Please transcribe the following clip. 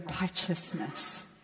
righteousness